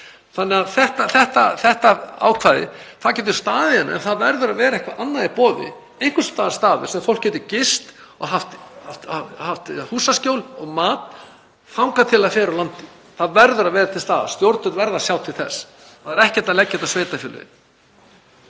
Þannig þetta ákvæði getur staðið hérna en það verður að vera eitthvað annað í boði, einhver staður þar sem fólk getur gist, fengið húsaskjól og mat þangað til það fer úr landi. Það verður að vera til staðar. Stjórnvöld verða að sjá til þess. Það er ekki hægt að leggja þetta á sveitarfélögin.